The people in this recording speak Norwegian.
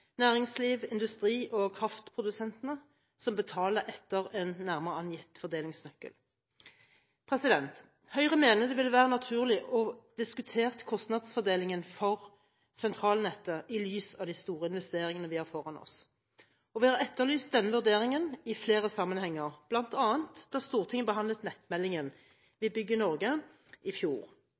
næringsliv, industri og kraftprodusentene – som betaler etter en nærmere angitt fordelingsnøkkel. Høyre mener det ville være naturlig å diskutere kostnadsfordelingen for sentralnettet i lys av de store investeringene vi har foran oss. Vi har etterlyst denne vurderingen i flere sammenhenger, bl.a. da Stortinget i fjor behandlet nettmeldingen «Vi bygger Norge